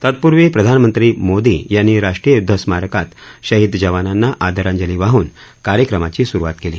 तत्पूर्वी प्रधानमंत्री मोदी यांनी राष्ट्रीय युद्ध स्मारकात शहीद जवानांना आदरांजली वाहून कार्यक्रमाची सुरुवात केली